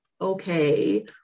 okay